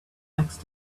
next